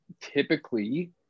typically